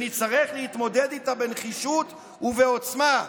שנצטרך להתמודד איתה בנחישות ובעוצמה".